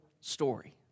story